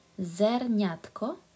zerniatko